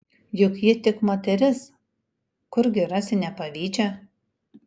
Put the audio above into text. juk ji tik moteris kurgi rasi nepavydžią